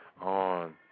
on